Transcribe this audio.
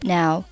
now